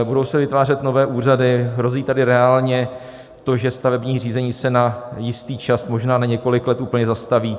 Budou se vytvářet nové úřady, hrozí tady reálně to, že stavební řízení se na jistý čas, možná na několik let, úplně zastaví.